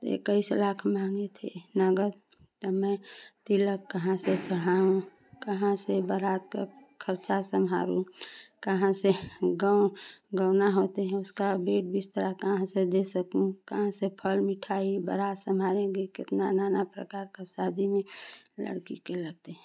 इक्कीस लाख माँगे थे माँगा तो मैं तिलक कहाँ से कहाँ वह कहाँ से बारात का खर्चा सम्हालूँ कहाँ से गाँव गौना होता है इस तरह कहाँ से दे सकूँ कहाँ से फल मिठाई बारात सम्हालेंगे कितना नाना प्रकार की शादी में लड़की के लगते हैं